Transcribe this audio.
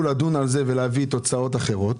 לדון בסיפור הזה ולהביא תוצאות אחרות.